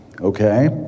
Okay